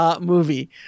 movie